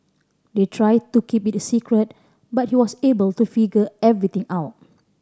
they tried to keep it a secret but he was able to figure everything out